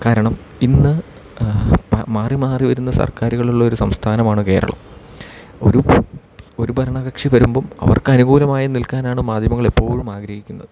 കാരണം ഇന്ന് മാറി മാറി വരുന്ന സർക്കാരുകളുള്ള ഒരു സംസ്ഥാനമാണ് കേരളം ഒരു ഒരു ഭരണകക്ഷി വരുമ്പം അവർക്ക് അനുകൂലമായി നിൽക്കാനാണ് മാധ്യമങ്ങളെപ്പോഴും ആഗ്രഹിക്കുന്നത്